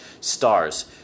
stars